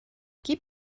gib